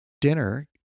Dinner